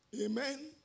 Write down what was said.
Amen